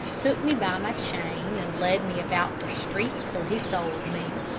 took me by my chain and led me about the streets till he sold me.